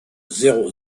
zéro